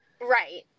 Right